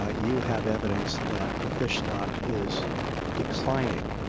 ah you have evidence that the fish stock is declining.